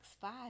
five